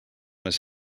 his